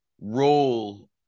role